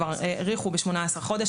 כבר האריכו ב-18 חודש,